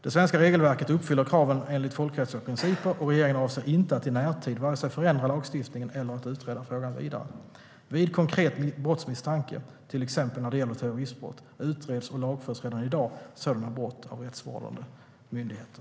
Det svenska regelverket uppfyller kraven enligt folkrättsliga principer, och regeringen avser inte att i närtid vare sig förändra lagstiftningen eller utreda frågan vidare. Vid konkret brottsmisstanke, till exempel när det gäller terroristbrott, utreds och lagförs redan i dag sådana brott av rättsvårdande myndigheter.